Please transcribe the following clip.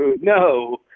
no